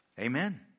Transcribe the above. Amen